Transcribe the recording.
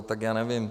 Tak já nevím.